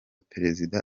perezida